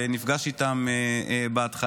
ונפגש איתן בהתחלה,